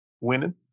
Winning